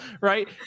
right